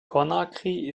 conakry